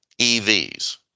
EVs